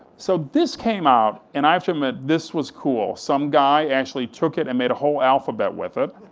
so this came out, and i have to admit, this was cool. some guy actually took it and made a whole alphabet with it,